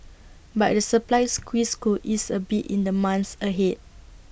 but the supply squeeze could ease A bit in the months ahead